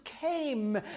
came